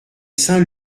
saint